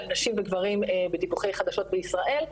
על נשים וגברים בדיווחי חדשות בישראל.